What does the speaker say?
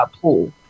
pool